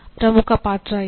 ಪ್ರಮುಖ ಪಾತ್ರ ಯಾರು